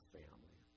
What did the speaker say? family